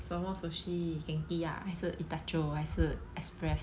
什么 sushi Genki ah 还是 Itacho 还是 Express